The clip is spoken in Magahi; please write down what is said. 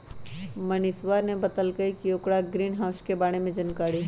मनीषवा ने बतल कई कि ओकरा ग्रीनहाउस के बारे में जानकारी हई